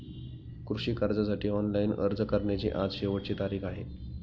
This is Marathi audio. कृषी कर्जासाठी ऑनलाइन अर्ज करण्याची आज शेवटची तारीख आहे